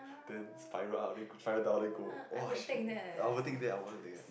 then spiral up then spiral down then go !wah! shit I would think that I would wanna take that